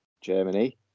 Germany